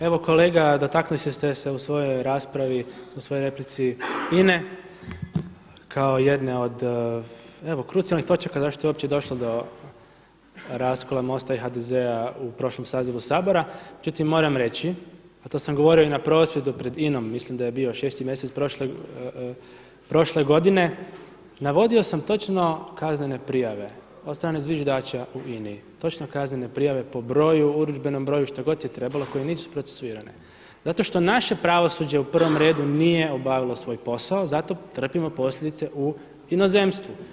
Evo kolega dotakli ste se u svojoj replici INA-e kao jedne od evo krucijalnih točaka zašto je uopće došlo do raskloa Mosta i HDZ-a u prošlom sazivu Sabora, međutim moram reći a to sam govorio i na prosvjedu pred INA-om, mislim da je bio šesti mjesec prošle godine, navodio sam točno kaznene prijave od strane zviždača u INA-i, točno kaznene prijave po broju, urudžbenom broju, što god je trebalo koje nisu procesuirane zato što naše pravosuđe u prvom redu nije obavilo svoj posao, zato trpimo posljedice u inozemstvu.